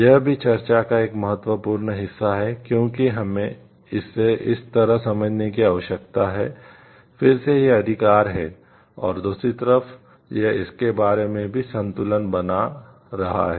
यह भी चर्चा का एक महत्वपूर्ण हिस्सा है क्योंकि हमें इसे एक तरफ समझने की आवश्यकता है फिर से यह अधिकार है और दूसरी तरफ यह इसके बारे में भी संतुलन बना रहा है